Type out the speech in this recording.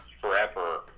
forever